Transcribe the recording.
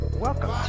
Welcome